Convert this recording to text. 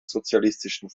sozialistischen